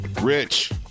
Rich